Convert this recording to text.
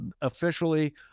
officially